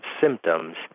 symptoms